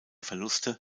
verluste